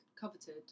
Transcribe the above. coveted